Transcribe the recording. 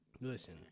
listen